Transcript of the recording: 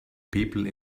people